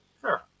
Sure